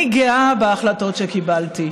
אני גאה בהחלטות שקיבלתי,